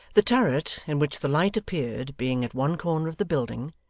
the turret in which the light appeared being at one corner of the building,